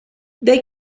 they